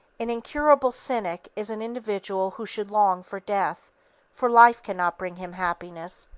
an incurable cynic is an individual who should long for death for life cannot bring him happiness,